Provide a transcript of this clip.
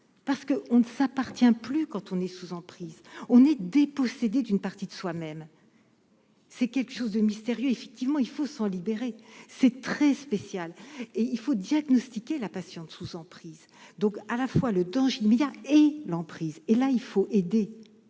parce qu'on ne s'appartient plus quand on est sous emprise, on est dépossédé d'une partie de soi-même. C'est quelque chose de mystérieux, effectivement, il faut s'en libérer, c'est très spécial et il faut diagnostiquer la patiente sous emprise donc à la fois le danger immédiat et l'emprise et là il faut aider